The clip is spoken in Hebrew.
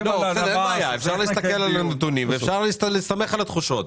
אפשר להסתכל על הנתונים ואפשר להסתמך על התחושות.